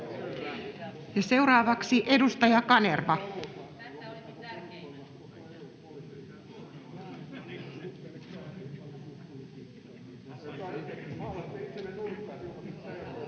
seuraavaksi edustaja Kanerva.